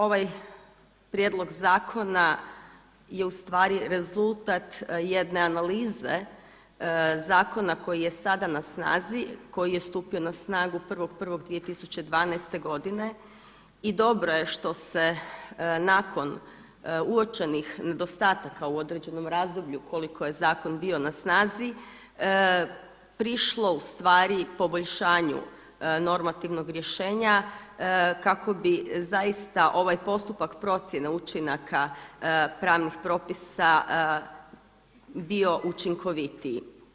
Ovaj prijedlog zakona je ustvari rezultat jedne analize zakona koji je sada na snazi koji je stupio na snagu 1.1.2012. godine i dobro je što se nakon uočenih nedostataka u određenom razdoblju koliko je zakon bio na snazi, prišlo poboljšanju normativnog rješenja kako bi zaista ovaj postupak procjene učinaka pravnih propisa bio učinkovitiji.